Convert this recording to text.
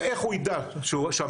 איך הוא יידע שהמערכת,